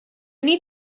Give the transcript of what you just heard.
need